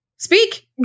Speak